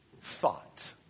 thought